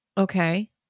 Okay